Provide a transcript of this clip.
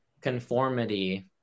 conformity